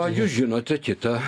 o jūs žinote kitą